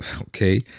Okay